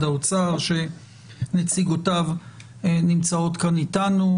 האוצר שיציג אותן ונמצאות כאן אתנו.